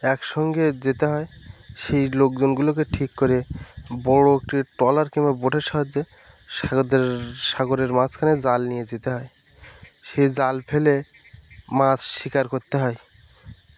একসঙ্গে যেতে হয় সেই লোকজনগুলোকে ঠিক করে বড়ো একটি ট্রলার কিংবা বোটের সাহায্যে সেদের সাগরের মাঝখানে জাল নিয়ে যেতে হয় সেই জাল ফেলে মাছ শিকার করতে হয়